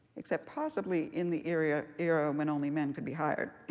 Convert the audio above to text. except possibly in the era era when only men could be hired.